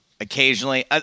occasionally